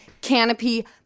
Canopy